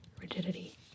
rigidity